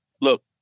look